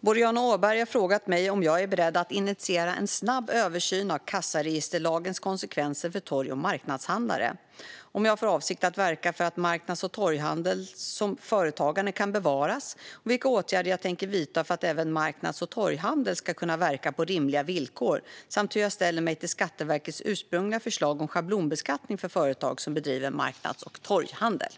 Boriana Åberg har frågat mig om jag är beredd att initiera en snabb översyn av kassaregisterlagens konsekvenser för torg och marknadshandlare och om jag har för avsikt att verka för att marknads och torghandel som företagande kan bevaras. Hon har också frågat vilka åtgärder jag tänker vidta för att även marknads och torghandel ska kunna verka på rimliga villkor samt hur jag ställer mig till Skatteverkets ursprungliga förslag om schablonbeskattning för företag som bedriver marknads och torghandel.